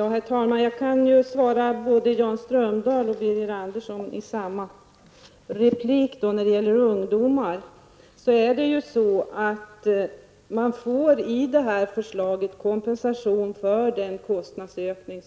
Herr talman! Jag kan svara både Jan Strömdahl och Birger Andersson. När det gäller ungdomar ger vi det här förslaget kompensation för den kostnadsutveckling